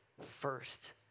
first